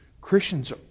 Christians